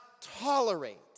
tolerate